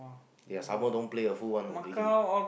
ya summer don't play a fool one you know really